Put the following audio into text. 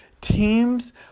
Teams